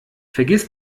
vergiss